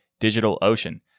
DigitalOcean